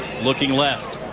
looking left,